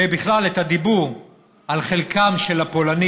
ובכלל את הדיבור על חלקם של הפולנים